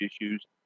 issues